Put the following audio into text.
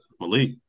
Malik